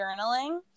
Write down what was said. journaling